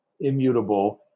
immutable